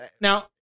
Now